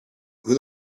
who